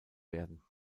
werden